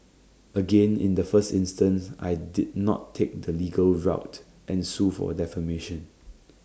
again in the first instance I did not take the legal route and sue for defamation